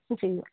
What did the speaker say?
जी